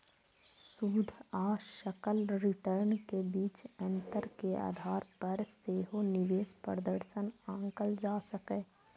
शुद्ध आ सकल रिटर्न के बीच अंतर के आधार पर सेहो निवेश प्रदर्शन आंकल जा सकैए